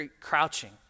crouching